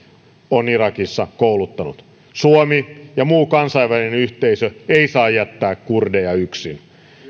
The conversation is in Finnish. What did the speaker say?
on irakissa kouluttanut suomi ja muu kansainvälinen yhteisö ei saa jättää kurdeja yksin